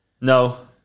No